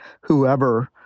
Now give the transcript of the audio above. whoever